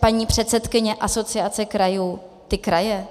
paní předsedkyně Asociace krajů ty kraje?